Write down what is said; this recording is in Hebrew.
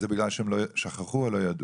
החובות הם בגלל שהם שכחו או לא ידעו.